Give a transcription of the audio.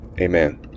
amen